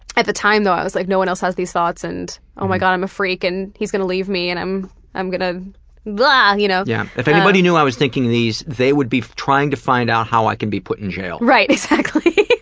at the time, though, i was like no one else has these thoughts, and oh my god, i'm a freak and he's gonna leave me and i'm i'm gonna. but you know yeah if anybody knew i was thinking these they would be trying to find out how i can be put in jail. exactly.